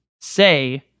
say